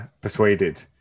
persuaded